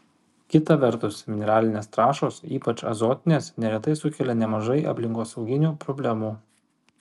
kita vertus mineralinės trąšos ypač azotinės neretai sukelia nemažai aplinkosauginių problemų